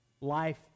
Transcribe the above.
life